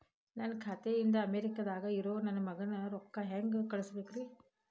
ನನ್ನ ಖಾತೆ ಇಂದ ಅಮೇರಿಕಾದಾಗ್ ಇರೋ ನನ್ನ ಮಗಗ ರೊಕ್ಕ ಹೆಂಗ್ ಕಳಸಬೇಕ್ರಿ?